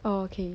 oh okay